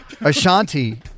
Ashanti